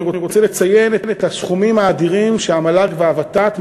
אני רוצה לציין את הסכומים האדירים שהמל"ג והוות"ת,